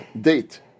date